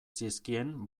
zizkien